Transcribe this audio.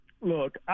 look